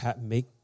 make